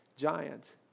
giant